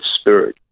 spirit